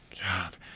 God